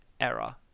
error